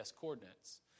coordinates